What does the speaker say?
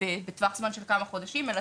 בטווח זמן של כמה חודשים אלא